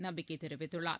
நம்பிக்கை தெரிவித்துள்ளார்